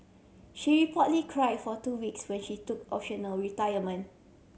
she portly cry for two weeks when she took optional retirement